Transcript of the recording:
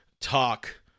talk